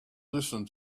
listen